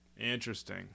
Interesting